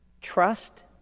trust